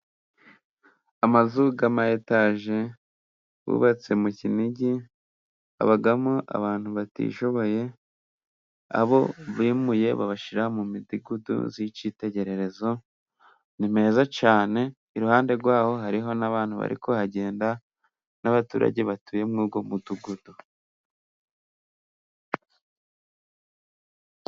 Amazu y'amaetaje yubatse mu Kinigi habamo abantu batishoboye, abo bimuye babashyira mu midugudu y'icyitegererezo, ni meza cyane, iruhande rwa ho hariho n'abantu bari kuhagenda, n'abaturage batuye muri uwo mudugudu.